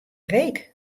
reek